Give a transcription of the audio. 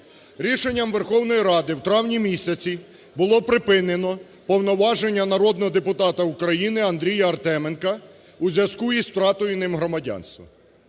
рішенням Верховної Ради в травні місяці було припинено повноваження народного депутата України Андрія Артеменка у зв'язку із втратою ним громадянства.